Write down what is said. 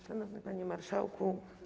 Szanowny Panie Marszałku!